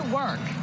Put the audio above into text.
work